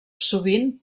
sovint